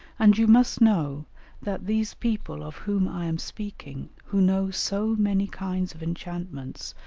and you must know that these people of whom i am speaking, who know so many kinds of enchantments,